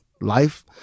life